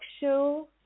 show